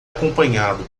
acompanhado